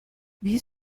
wie